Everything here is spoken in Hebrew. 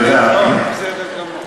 כנסת נכבדה,